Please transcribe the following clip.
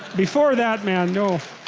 before that man no